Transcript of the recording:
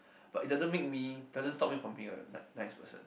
but it doesn't make me it doesn't stop me from being a nice person